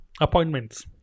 appointments